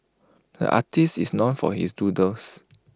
the artist is known for his doodles